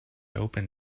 open